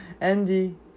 Andy